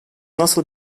nasıl